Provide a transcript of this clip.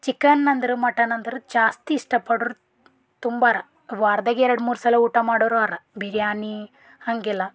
chicken ಅಂದ್ರೆ mutton ಅಂದ್ರೆ ಜಾಸ್ತಿ ಇಷ್ಟ ಪಡೋರು ತುಂಬ ಅರ ವಾರದಾಗ ಎರಡು ಮೂರು ಸಲ ಊಟ ಮಾಡೋವ್ರು ಅರ ಬಿರ್ಯಾನಿ ಹಾಗೆಲ್ಲ